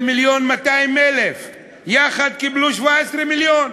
1.2. יחד קיבלו 17 מיליון.